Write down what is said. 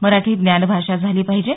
मराठी ज्ञानभाषा झाली पाहिजे